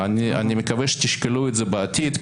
אני מקווה שתשקלו את זה בעתיד,